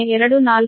0242log 6